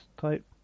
type